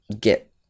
get